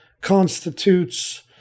constitutes